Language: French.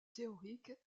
théoriques